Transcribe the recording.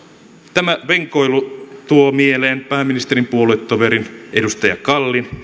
tämä venkoilu tuo mieleen pääministeri puoluetoverin edustaja kallin